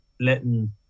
letting